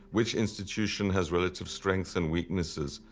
which institution has relative strengths and weaknesses,